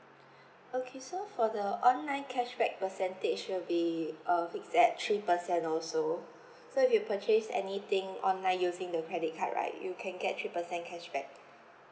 okay so for the online cashback percentage will be uh fixed at three percent also so if you purchase anything online using the credit card right you can get three percent cashback